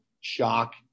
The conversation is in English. shock